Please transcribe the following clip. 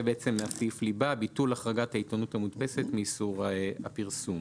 זה סעיף ליבה ביטול החרגת העיתונות המודפסת מאיסור הפרסום.